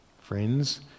Friends